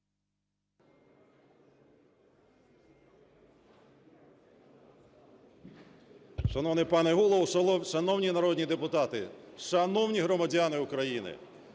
Шановний пане Голово, шановні народні депутати, шановні громадяни України!